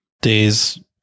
days